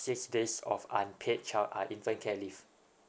six days of unpaid child err infant care leave